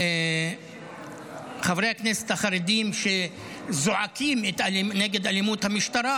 שחברי הכנסת החרדים, שזועקים נגד אלימות המשטרה,